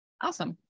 Awesome